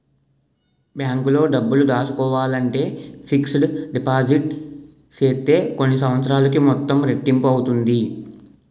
బ్యాంకులో డబ్బులు దాసుకోవాలంటే ఫిక్స్డ్ డిపాజిట్ సేత్తే కొన్ని సంవత్సరాలకి మొత్తం రెట్టింపు అవుతాది